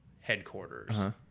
headquarters